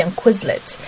quizlet